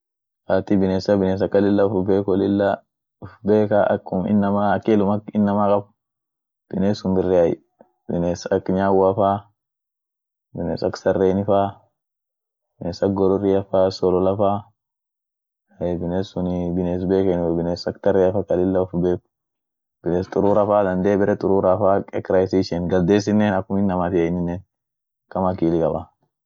kati binesa bines akan lilla ufbeeku lilla ufbeeka akum inamaa akilum ak inamaa kab biness sun biriay, biness ak nyaua faa, biness ak sarreni faa, biness ak gororia fa, solola faa, ahey biness sunii biness beekeniey, biness ak tarria faa ka lila uf beek, biness turura faa dandee bere turura fa ak rahisi hi ishen, galdesinen akum inamatiey ininenakama akili kaba.